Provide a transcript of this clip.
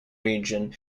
region